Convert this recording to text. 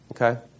Okay